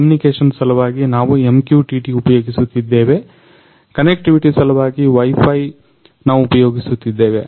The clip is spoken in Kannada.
ಕಮ್ಯನಿಕೇಷನ್ ಸಲುವಾಗಿ ನಾವು MQTT ಉಪಯೋಗಿಸುತ್ತಿದ್ದೇವೆ ಕನೆಕ್ಟಿವಿಟಿ ಸಲುವಾಗಿ Wi Fi ನಾವು ಉಪಯೋಗಿಸುತ್ತಿದ್ದೇವೆ